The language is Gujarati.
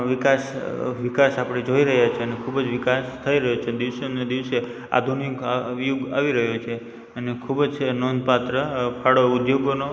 વિકાસ વિકાસ આપડે જોઈ રહ્યા છીએ અને ખૂબ જ વિકાસ થઈ રહ્યો છે દિવસે ને દિવસે આધુનિક અવી યુગ આવી રહ્યો છે અને ખૂબ જ નોંધપાત્ર ફાળો ઉદ્યોગોનો